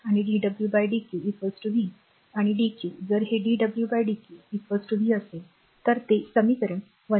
आणि dw dq v आणि dq जर ते dw dq v असेल तर ते समीकरण 1